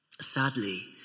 sadly